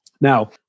Now